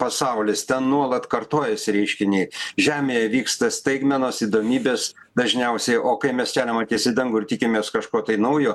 pasaulis ten nuolat kartojasi reiškiniai žemėje vyksta staigmenos įdomybės dažniausiai o kai mes keliam akis į dangų ir tikimės kažko naujo